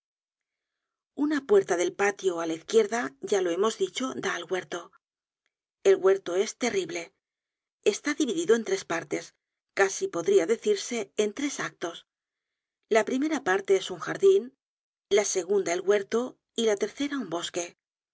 una puerta del patio ú la izquierda ya lo hemos dicho da al huerto el huerto es terrible está dividido en tres partes casi podria decirse en tres actos la primera parte es un jardin la segunda el huerto y la tercera un bosque